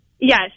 Yes